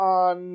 on